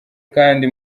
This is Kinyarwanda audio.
kandi